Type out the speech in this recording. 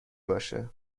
باشه